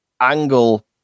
Angle